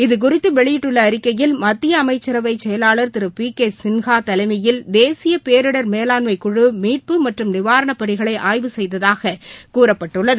இது குறித்துவெளியிட்டுள்ள அறிக்கையில் மத்தியஅமைச்சரவைசெயலாளர் திருபிகேசின்ஹாதலைமயில் தேசியபேரிடர் மேலாண்மை குழு மீட்பு மற்றும் நிவாரணபணிகளைஆய்வு செய்ததாககூறப்பட்டுள்ளது